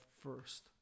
first